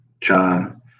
John